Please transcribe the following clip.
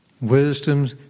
Wisdom